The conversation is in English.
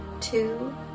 two